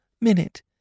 minute